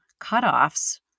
cutoffs